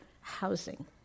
housing